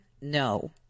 No